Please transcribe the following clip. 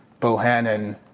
Bohannon